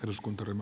kiitos